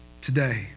today